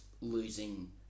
losing